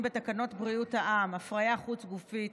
בתקנות בריאות העם (הפריה חוץ-גופית),